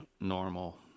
normal